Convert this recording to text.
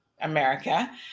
America